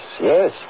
yes